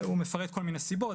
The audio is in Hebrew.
הוא מפרט כל מיני סיבות,